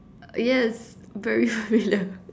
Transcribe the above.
yes very familiar